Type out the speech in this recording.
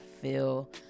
feel